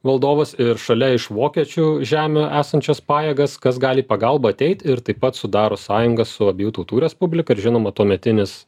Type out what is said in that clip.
valdovas ir šalia iš vokiečių žemių esančias pajėgas kas gali į pagalbą ateit ir taip pat sudaro sąjungą su abiejų tautų respublika ir žinoma tuometinis